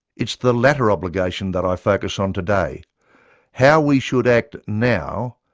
it's the latter obligation that i focus on today how we should act now,